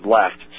left